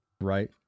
right